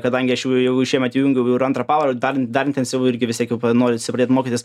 kadangi aš jau jau šiemet įjungiau ir antrą pavarą dar dar intensyviau irgi vis tiek jau norisi pradėt mokytis